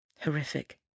Horrific